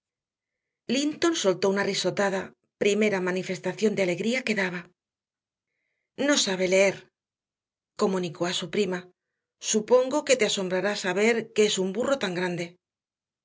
linton soltó una risotada primera manifestación de alegría que daba no sabe leer comunicó a su prima supongo que te asombrará saber que es un burro tan grande